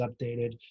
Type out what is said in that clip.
updated